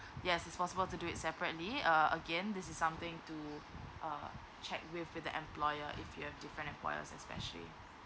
yes is possible to do it separately uh again this is something to uh check with the employer if your have different requirement especially